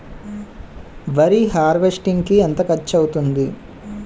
వరి హార్వెస్టింగ్ కి ఎంత ఖర్చు అవుతుంది?